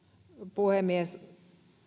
puhemies